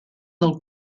del